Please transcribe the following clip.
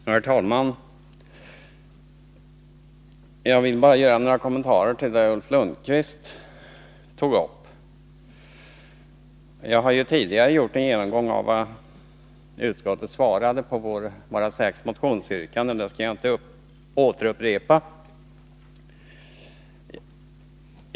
Herr talman! Jag skall bara göra några kommentarer till Ulf Lönnqvists anförande. Jag har ju redan redovisat vad utskottet har anfört beträffande våra sex motionsyrkanden, så jag skall inte upprepa det.